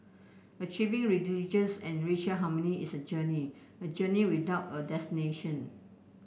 achieving religious and racial harmony is a journey a journey without a destination